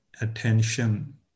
attention